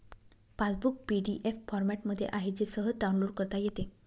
passbook PDF फॉरमॅटमध्ये आहे जे सहज डाउनलोड करता येते